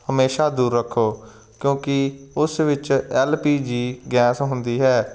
ਹਮੇਸ਼ਾ ਦੂਰ ਰੱਖੋ ਕਿਉਂਕਿ ਉਸ ਵਿੱਚ ਐੱਲ ਪੀ ਜੀ ਗੈਸ ਹੁੰਦੀ ਹੈ